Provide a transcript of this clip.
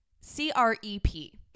C-R-E-P